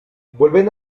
vuelven